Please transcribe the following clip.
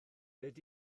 beth